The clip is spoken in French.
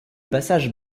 passage